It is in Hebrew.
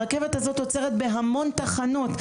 הרכבת הזאת עוצרת בהמון תחנות,